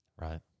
right